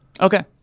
Okay